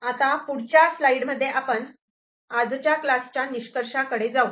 E' आता पुढच्या स्लाईडमध्ये आपण आजच्या क्लासच्या निष्कर्र्षाकडे जाऊ